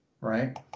right